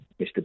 Mr